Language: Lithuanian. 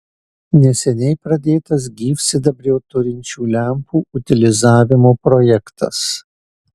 neseniai pradėtas gyvsidabrio turinčių lempų utilizavimo projektas